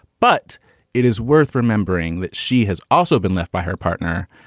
but it is worth remembering that she has also been left by her partner.